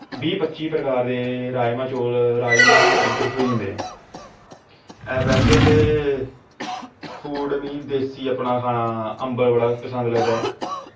बीह् पच्ची प्रकार दे राजमा इध्दर थ्होई जंदे ऐं वैसे ते फूड मी देस्सी मीं अम्बल बड़ा पसंद लगदा ऐ